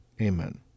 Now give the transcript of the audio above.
Amen